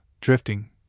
drifting